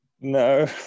No